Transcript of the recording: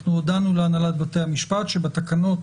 הודענו להנהלת בתי המשפט שבתקנות